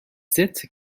sept